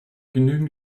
genügend